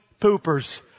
poopers